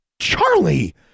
Charlie